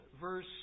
verse